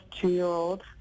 two-year-old